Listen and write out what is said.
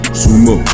sumo